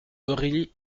aurélie